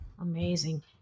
Amazing